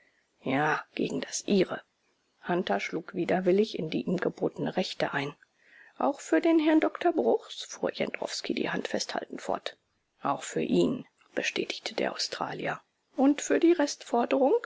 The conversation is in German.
ja gegen das ihre hunter schlug widerwillig in die ihm gebotene rechte ein auch für den herrn doktor bruchs fuhr jendrowski die hand festhaltend fort auch für ihn bestätigte der australier und für die